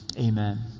amen